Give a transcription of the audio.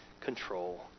control